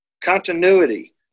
continuity